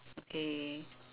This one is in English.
okay